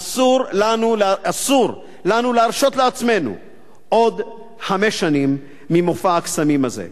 אסור לנו להרשות לעצמנו עוד חמש שנים ממופע הקסמים הזה.